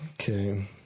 Okay